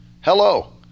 Hello